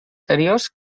seriós